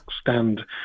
stand